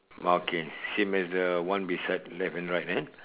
ah okay same as the one beside left and right eh